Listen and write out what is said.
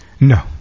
No